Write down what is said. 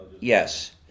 yes